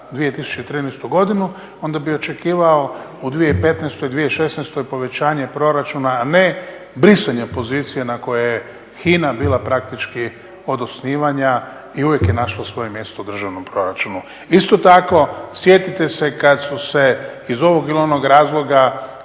2013.godinu onda bi očekivao u 2015., 2016.povećanje proračuna, a ne brisanje pozicije na kojoj je HINA bila praktički od osnivanja i uvijek je našla svoje mjesto u državnom proračunu. Isto tako sjetite se kada su se iz ovog ili onog razloga